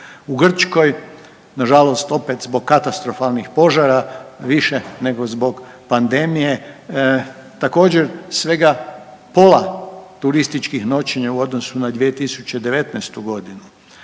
u Grčkoj nažalost opet zbog katastrofalnih požara više nego zbog pandemije također svega pola turističkih noćenja u odnosu na 2019.g.